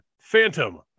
Phantom